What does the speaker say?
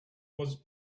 was